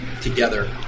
together